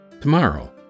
Tomorrow